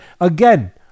again